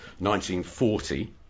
1940